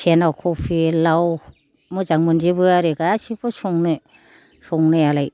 सेना खफि लाव मोजां मोनजोबो आरो गासैखौ संनो संनायालाय